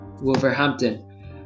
wolverhampton